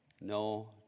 no